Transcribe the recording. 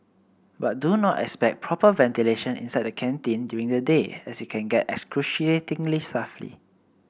but do not expect proper ventilation inside the canteen during the day as it can get excruciatingly stuffy